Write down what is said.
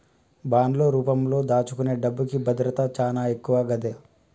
బాండ్లు రూపంలో దాచుకునే డబ్బుకి భద్రత చానా ఎక్కువ గదా